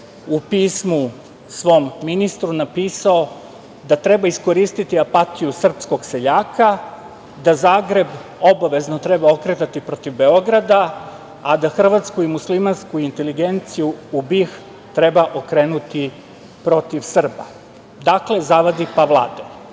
u pismu svom ministru napisao da treba iskoristiti apatiju srpskog seljaka, da Zagreb obavezno treba okretati protiv Beograda, a da hrvatsku i muslimansku inteligenciju u BiH treba okrenuti protiv Srba. Dakle, zavadi pa vladaj. Tako